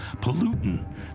polluting